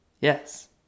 yes